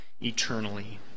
eternally